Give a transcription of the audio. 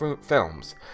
films